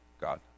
God